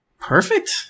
Perfect